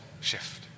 shift